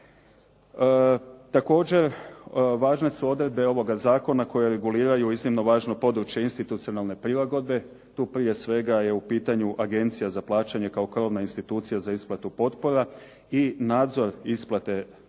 Također važne su odredbe ovog zakona koje reguliraju iznimno važno područje institucionalne prilagodbe. Tu prije svega je u pitanju agencija za plaćanje kao krovna institucija za isplatu potpora i nadzor isplate potpora.